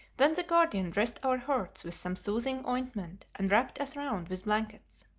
then the guardian dressed our hurts with some soothing ointment, and wrapped us round with blankets.